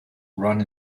run